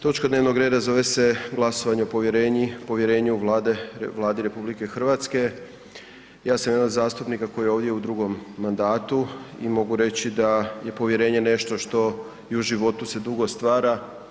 Točka dnevnog reda zove se Glasovanje o povjerenju Vladi RH, ja sam jedan od zastupnika koji je ovdje u drugom mandatu i mogu reći da je povjerenje nešto što se i u životu dugo stvara.